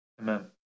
Amen